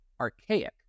archaic